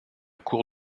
cour